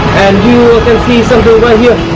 and you can see something right here.